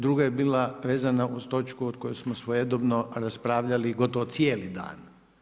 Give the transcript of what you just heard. Druga je bila vezana uz točku od koje smo svojedobno raspravljali gotovo cijeli dan.